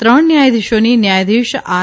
ત્રણ ન્યાયાધીસોની ન્યાયાધીશ આર